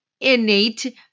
innate